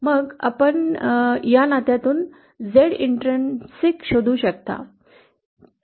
मग आपण या नात्यातून Z अंतर्गत शोधू शकता